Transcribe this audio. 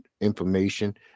information